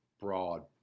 broad